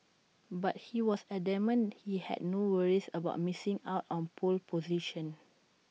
but he was adamant he had no worries about missing out on pole position